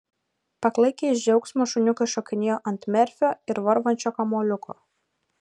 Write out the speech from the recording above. paklaikę iš džiaugsmo šuniukai šokinėjo ant merfio ir varvančio kamuoliuko